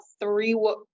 three